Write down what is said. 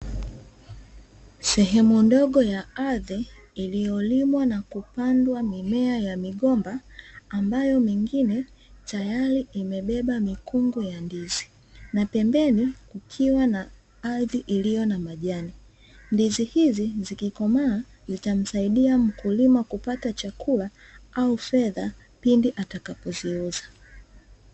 Sehemu ndogo ya ardhi iliyolimwa na kupandwa mimea ya migomba ambayo mingine tayari imebeba mikungu ya ndizi na pembeni kukiwa na ardhi iliyo na majani, ndizi hizi zikikomaa zitamsaidia mkulima kupata chakula au fedha pindi atakapo ziuza.